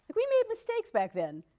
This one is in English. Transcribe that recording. we made mistakes back then.